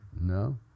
no